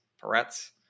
parrots